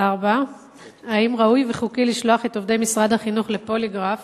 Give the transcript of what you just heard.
4. האם ראוי וחוקי לשלוח את עובדי משרד החינוך לפוליגרף